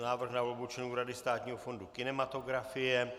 Návrh na volbu členů Rady Státního fondu kinematografie